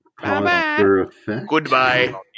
Goodbye